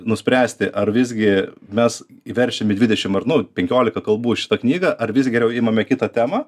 nuspręsti ar visgi mes verčiam į dvidešim ar nu penkiolika kalbų šitą knygą ar vis geriau imame kitą temą